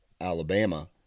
Alabama